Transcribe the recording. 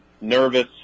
nervous